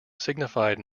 signified